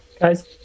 guys